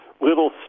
little